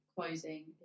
closing